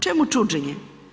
Čemu čuđenje?